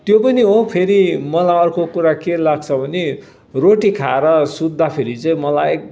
त्यो पनि हो फेरि मलाई अर्को कुरा के लाग्छ भने रोटी खाएर सुत्दा फेरि चहिँ मलाई एकदम क्या